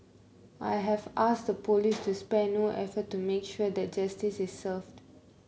I have asked the police to spare no effort to make sure that justice is served